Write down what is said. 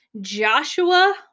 Joshua